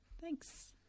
Thanks